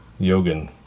Yogan